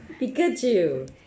Pikachu